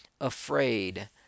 afraid